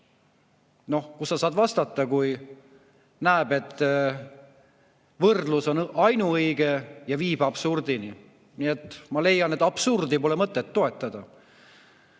No kuidas sa saad vastata, kui näed, et võrdlus on ainuõige ja viib absurdini. Ma leian, et absurdi pole mõtet toetada.